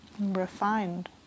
Refined